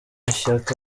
ishyaka